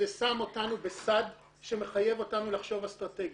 זה שם אותנו בצד שמחייב אותנו לחשוב אסטרטגית.